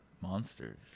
Monsters